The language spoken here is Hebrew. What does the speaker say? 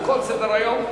בכל סדר-היום,